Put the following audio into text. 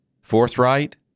forthright